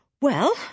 Well